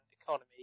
economy